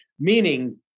Meaning